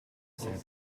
saturn